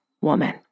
woman